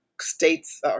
states